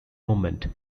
movement